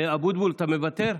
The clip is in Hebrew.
אבוטבול, אתה מוותר?